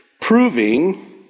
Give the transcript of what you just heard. proving